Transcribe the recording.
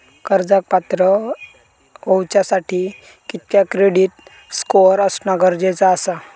कर्जाक पात्र होवच्यासाठी कितक्या क्रेडिट स्कोअर असणा गरजेचा आसा?